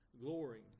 Glory